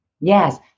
Yes